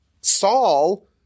Saul